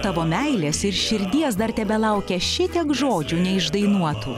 tavo meilės ir širdies dar tebelaukia šitiek žodžių neišdainuotų